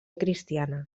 cristiana